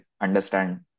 understand